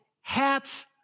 hats